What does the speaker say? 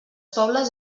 pobles